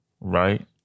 right